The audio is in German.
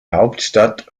hauptstadt